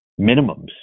minimums